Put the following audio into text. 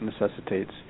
necessitates